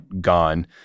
gone